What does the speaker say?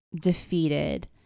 defeated